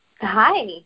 Hi